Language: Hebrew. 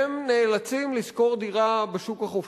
הם נאלצים לשכור דירה בשוק החופשי,